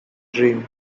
dream